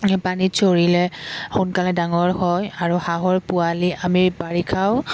পানীত চৰিলে সোনকালে ডাঙৰ হয় আৰু হাঁহৰ পোৱালি আমি বাৰিষাও